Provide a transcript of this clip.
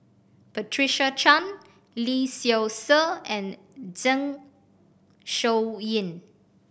Patricia Chan Lee Seow Ser and Zeng Shouyin